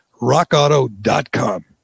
rockauto.com